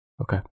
Okay